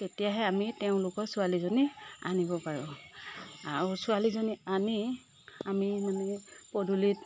তেতিয়াহে আমি তেওঁলোকৰ ছোৱালীজনী আনিব পাৰোঁ আৰু ছোৱালীজনী আনি আমি মানে পদূলিত